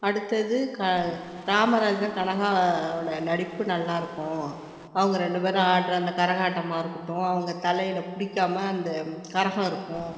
அடுத்தது ராமராஜன் கனகாவோட நடிப்பு நல்லாயிருக்கும் அவங்கள் ரெண்டு பேரும் ஆடுகிற அந்த கரகாட்டமாக இருக்கட்டும் அவங்க தலையில் பிடிக்காம அந்த கரகம் இருக்கும்